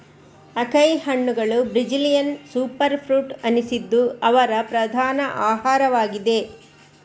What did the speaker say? acai ಹಣ್ಣುಗಳು Brazilian super fruit ಅನಿಸಿದ್ದು ಅವರ ಪ್ರಧಾನ ಆಹಾರವಾಗಿದೆ